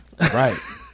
right